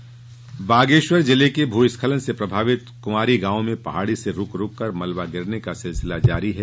भ स्खलन बागेश्वर जिले के भूस्खलन से प्रभावित कुवांरी गांव में पहाड़ी से रूक रूककर मलबा गिरने का सिलसिला जारी है